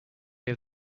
have